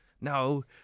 no